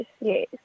yes